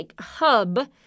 hub